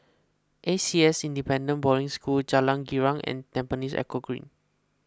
A C S Independent Boarding School Jalan Girang and Tampines Eco Green